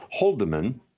Holdeman